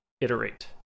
iterate